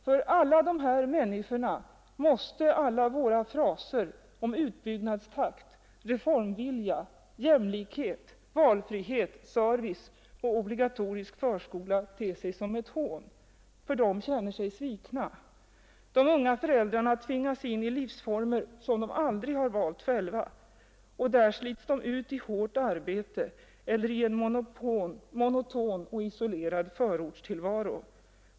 För alla de här människorna måste alla våra vackra fraser om utbyggnadstakt, reformvilja, jämlikhet, valfrihet, service och obligatorisk förskola te sig som ett hån. De känner sig svikna. De unga föräldrarna tvingas in i livsformer de aldrig valt själva. Där slits de ut i hårt arbete eller i en monoton och isolerad förortstillvaro.